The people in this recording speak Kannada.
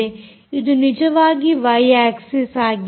ಇದು ನಿಜವಾಗಿ ವೈ ಆಕ್ಸಿಸ್ ಆಗಿದೆ